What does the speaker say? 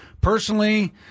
Personally